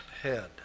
head